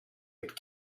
but